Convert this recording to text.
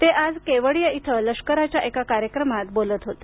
ते आज केवडिया इथं लष्कराच्या एका कार्यक्रमात बोलत होते